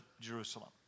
Jerusalem